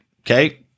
Okay